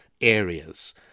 areas